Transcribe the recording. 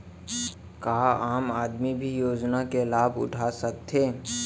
का आम आदमी भी योजना के लाभ उठा सकथे?